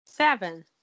Seven